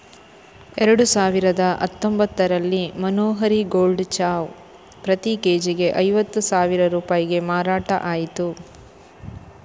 ಎರಡು ಸಾವಿರದ ಹತ್ತೊಂಭತ್ತರಲ್ಲಿ ಮನೋಹರಿ ಗೋಲ್ಡ್ ಚಾವು ಪ್ರತಿ ಕೆ.ಜಿಗೆ ಐವತ್ತು ಸಾವಿರ ರೂಪಾಯಿಗೆ ಮಾರಾಟ ಆಯ್ತು